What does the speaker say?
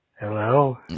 Hello